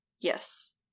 Yes